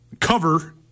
cover